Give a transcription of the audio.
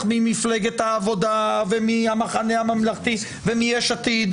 ממפלגת העבודה ומהמחנה הממלכתי ומיש עתיד,